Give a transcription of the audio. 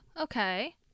Okay